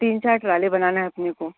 तीन चार ट्रोल्ली बनाना है अपने को